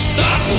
Stop